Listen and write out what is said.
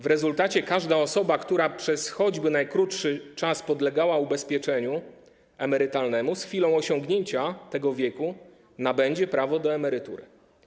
W rezultacie każda osoba, która przez choćby najkrótszy czas podlegała ubezpieczeniu emerytalnemu, z chwilą osiągnięcia tego wieku nabędzie prawo do emerytury.